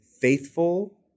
faithful